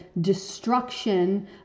destruction